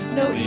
no